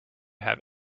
have